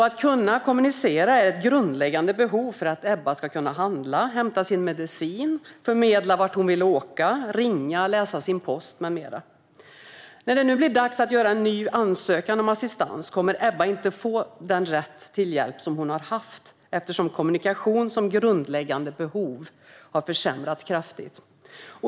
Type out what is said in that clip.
Att kunna kommunicera är grundläggande för att Ebba ska kunna handla, hämta sin medicin, förmedla vart hon vill åka, ringa, läsa sin post med mera. När det nu blir dags att göra en ny ansökan om assistans kommer Ebba inte att få rätt till den hjälp som hon har haft, eftersom rätten att få assistans för kommunikation som grundläggande behov har försämrats kraftigt.